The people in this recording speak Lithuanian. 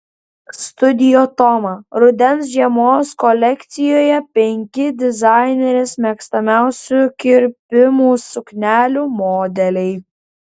studio toma rudens žiemos kolekcijoje penki dizainerės mėgstamiausių kirpimų suknelių modeliai